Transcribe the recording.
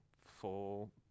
full